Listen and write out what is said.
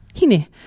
Hine